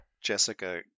Jessica